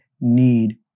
need